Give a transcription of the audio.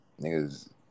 Niggas